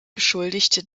beschuldigte